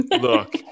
look